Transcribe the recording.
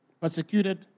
persecuted